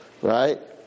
Right